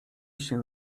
się